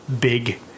big